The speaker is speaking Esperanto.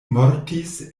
mortis